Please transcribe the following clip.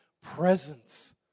presence